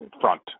front